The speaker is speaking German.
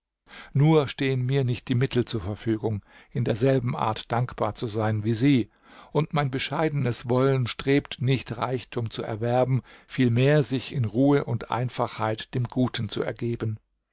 nur stehen mir nicht die mittel zur verfügung in derselben art dankbar zu sein wie sie und mein bescheidenes wollen strebt nicht reichtum zu erwerben vielmehr sich in ruhe und einfachheit dem guten zu ergeben